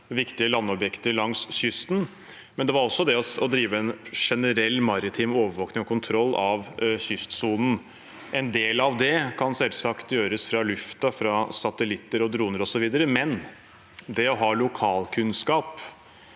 viktige landobjekter langs kysten, men det var også det å drive en generell maritim overvåkning og kontroll av kystsonen. En del av det kan selvsagt gjøres fra luften, fra satellitter, droner osv., men det å ha lokalkunnskap